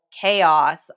chaos